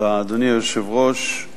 אדוני היושב-ראש,